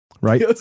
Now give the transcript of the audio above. right